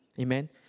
Amen